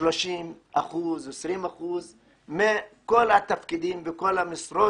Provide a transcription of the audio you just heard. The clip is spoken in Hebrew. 30 אחוזים או 20 אחוזים מכל התפקידים וכל המשרות